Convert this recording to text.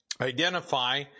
identify